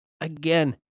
Again